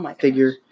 figure